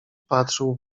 patrzył